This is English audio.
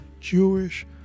Jewish